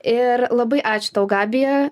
ir labai ačiū tau gabija